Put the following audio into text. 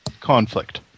conflict